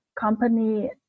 company